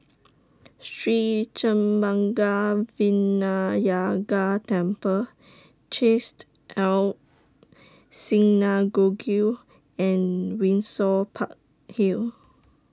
Sri Senpaga Vinayagar Temple Chesed El Synagogue and Windsor Park Hill